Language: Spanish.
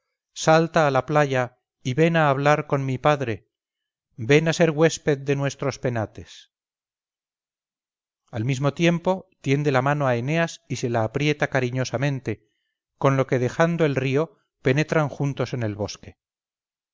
salta a la playa y ven a hablar con mi padre ven a ser huésped de nuestros penates al mismo tiempo tiende la mano a eneas y se la aprieta cariñosamente con lo que dejando el río penetran juntos en el bosque